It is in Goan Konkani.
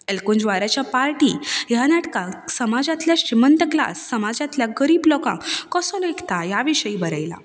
एलकुंचवराच्या पार्टी ह्या नाटकाक समाजाच्या श्रीमंत क्लास समाजांतल्या गरीब लोकांक कसो लेखता ह्या विशीं बरयलां